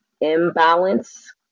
imbalance